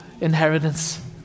inheritance